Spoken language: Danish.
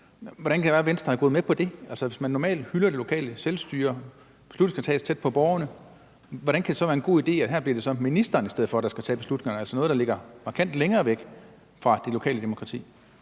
Hvordan kan det være, at Venstre er gået med til det? Altså, hvis man normalt hylder det lokale selvstyre, at beslutningerne skal tages tæt på borgerne, hvordan kan det så være en god idé, at det nu er ministeren i stedet for, der skal tage beslutningerne, altså en myndighed, der ligger markant længere væk fra det lokale demokrati?